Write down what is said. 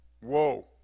Whoa